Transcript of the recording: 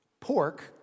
Pork